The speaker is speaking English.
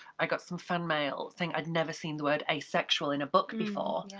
i got some fan mail, saying, i'd never seen the word asexual in a book before,